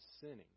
sinning